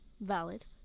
valid